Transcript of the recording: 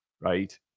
right